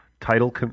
title